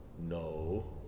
no